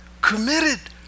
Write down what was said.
committed